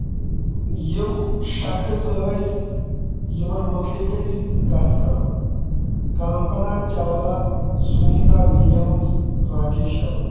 یِم شخص ٲسۍ یِمن مُتلِق أسۍ کَتھ کَرو کلپنا چاولہ سنیتا ولیمٕز راکیش شرما